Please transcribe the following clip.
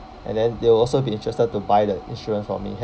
and then they will also be interested to buy the insurance from me